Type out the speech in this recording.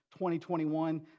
2021